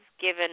given